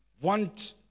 want